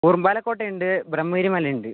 ഉറുമ്പാലക്കോട്ടയുണ്ട് Brahmagiri മലയുണ്ട്